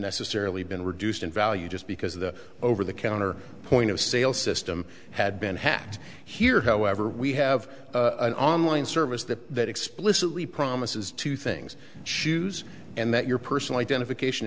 necessarily been reduced in value just because the over the counter point of sale system had been hacked here however we have an online service that explicitly promises two things shoes and that your personal identification